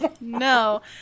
No